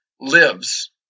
lives